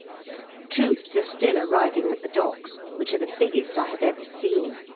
troops are still arriving at the docks, which are the biggest i have ever seen.